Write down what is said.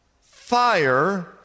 fire